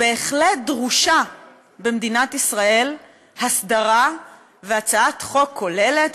בהחלט דרושה במדינת ישראל הסדרה והצעת חוק כוללת,